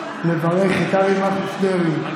לברך את אריה מכלוף דרעי.